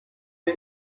der